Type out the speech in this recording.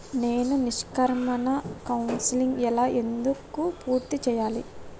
నేను నిష్క్రమణ కౌన్సెలింగ్ ఎలా ఎందుకు పూర్తి చేయాలి?